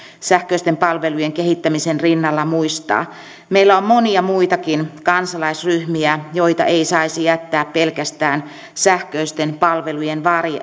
sähköisten palvelujen kehittämisen rinnalla muistaa meillä on monia muitakin kansalaisryhmiä joita ei saisi jättää pelkästään sähköisten palvelujen